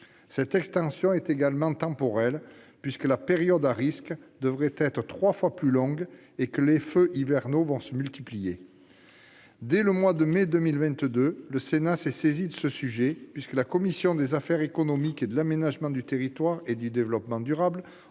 Cette extension est également temporelle, puisque la période à risque devrait être trois fois plus longue et que les feux hivernaux vont se multiplier. Dès le mois de mai 2022, le Sénat s'est saisi de ce sujet, puisque la commission des affaires économiques et celle de l'aménagement du territoire et du développement durable